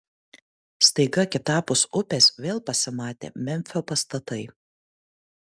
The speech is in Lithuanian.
staiga kitapus upės vėl pasimatė memfio pastatai